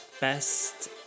best